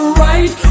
right